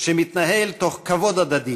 שמתנהל בכבוד הדדי,